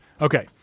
Okay